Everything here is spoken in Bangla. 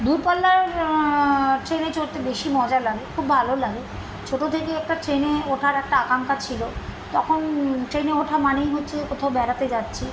দূরপাল্লার ট্রেনে চড়তে বেশি মজা লাগে খুব ভালো লাগে ছোট থেকেই একটা ট্রেনে ওঠার একটা আকাঙ্ক্ষা ছিল তখন ট্রেনে ওঠা মানিয়েই হচ্ছে কোথাও বেড়াতে যাচ্ছে